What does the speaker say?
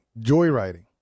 joyriding